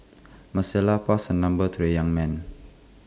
passed her number to the young man